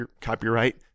copyright